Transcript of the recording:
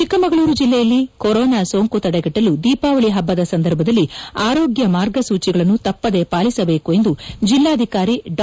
ಚಿಕ್ಕ ಮಗಳೂರು ಜಿಲ್ಲೆಯಲ್ಲಿ ಕೊರೋನಾ ಸೋಂಕು ತಡೆಗಟ್ಟೆಲು ದೀಪಾವಳಿ ಹಬ್ಬದ ಸಂದರ್ಭದಲ್ಲಿ ಆರೋಗ್ಯ ಮಾರ್ಗಸೂಚಿಗಳನ್ನು ತಪ್ಪದೇ ಪಾಲಿಸಬೇಕು ಎಂದು ಜಿಲ್ಲಾಧಿಕಾರಿ ಡಾ